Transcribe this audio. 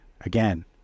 Again